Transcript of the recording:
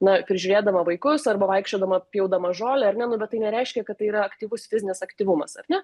na prižiūrėdama vaikus arba vaikščiodama pjaudama žolę ar ne nu bet tai nereiškia kad tai yra aktyvus fizinis aktyvumas ar ne